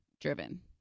driven